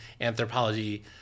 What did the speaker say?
anthropology